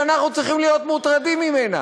שאנחנו צריכים להיות מוטרדים ממנה,